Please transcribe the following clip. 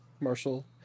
marshall